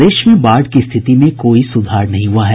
प्रदेश में बाढ़ की स्थिति में कोई सुधार नहीं हुआ है